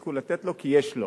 שיפסיקו לתת לו, כי יש לו,